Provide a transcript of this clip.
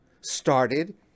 started